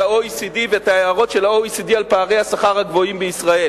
את ה-OECD ואת הערות ה-OECD על פערי השכר הגבוהים בישראל.